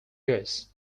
years